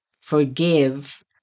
forgive